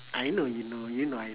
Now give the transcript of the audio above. I know you know you know I know